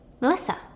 Melissa